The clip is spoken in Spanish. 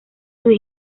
sus